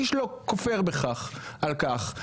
איש לא כופר בכך על כך,